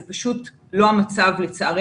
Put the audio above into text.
זה פשוט לא המצב, לצערנו.